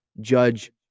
Judge